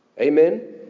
Amen